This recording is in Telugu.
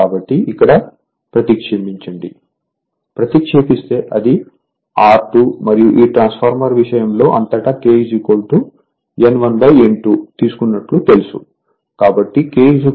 కాబట్టి ఇక్కడ ప్రతిక్షేపించండిప్రతిక్షేపిస్తే అది R2 మరియు ఈ ట్రాన్స్ఫార్మర్ విషయం లో అంతటా K N1N2 తీసుకున్నట్లు తెలుసు